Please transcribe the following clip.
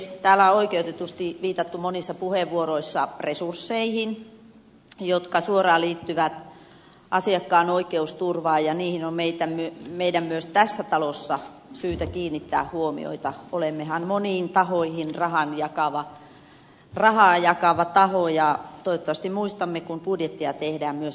täällä on oikeutetusti viitattu monissa puheenvuoroissa resursseihin jotka suoraan liittyvät asiakkaan oikeusturvaan ja niihin meidän on myös tässä talossa syytä kiinnittää huomiota olemmehan moniin tahoihin rahaa jakava taho ja toivottavasti muistamme kun budjettia tehdään myös nämä tarpeet